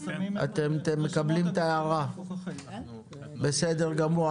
אתם מקבלים את ההערה, בסדר גמור.